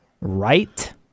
Right